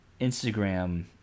Instagram